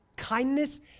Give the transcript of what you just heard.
Kindness